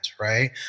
right